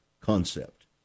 concept